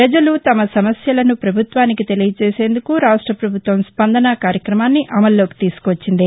పజలు తమ సమస్యలను పభుత్వానికి తెలియ చేసేందుకు రాష్ట ప్రభుత్వం స్పందన కార్యక్రమాన్ని అమల్లోకి తీసుకు వచ్చింది